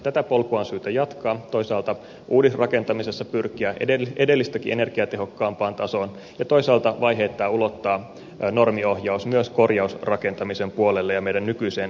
tätä polkua on syytä jatkaa toisaalta uudisrakentamisessa pyrkiä edellistäkin energiatehokkaampaan tasoon ja toisaalta vaiheittain ulottaa normiohjaus myös korjausrakentamisen puolelle ja meidän nykyiseen rakennuskantaamme